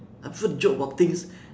I prefer joke about things